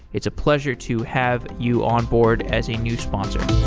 it's a pleasure to have you onboard as a new sponsor